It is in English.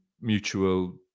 mutual